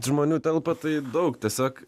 žmonių telpa tai daug tiesiog